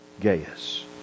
Gaius